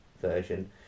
version